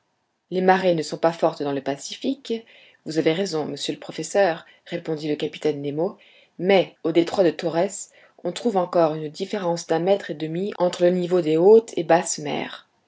les marées ne sont pas fortes dans le pacifique vous avez raison monsieur le professeur répondit le capitaine nemo mais au détroit de torrès on trouve encore une différence d'un mètre et demi entre le niveau des hautes et basses mers